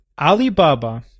Alibaba